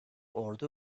ordu